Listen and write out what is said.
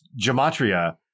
gematria